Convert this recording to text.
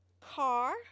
Car